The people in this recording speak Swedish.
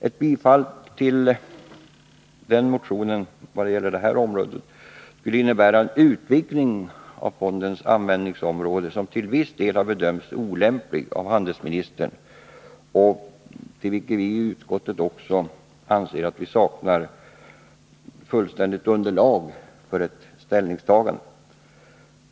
Ett bifall till motion 1495 i denna del skulle innebära en utvidgning av fondens användningsområde som till viss del har bedömts olämplig av handelsministern, och vi i utskottet anser att det också saknas fullständigt underlag för ett ställningstagande.